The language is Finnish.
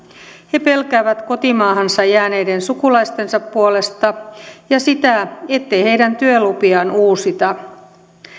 he pelkäävät kotimaahansa jääneiden sukulaistensa puolesta ja sitä ettei heidän työlupiaan uusita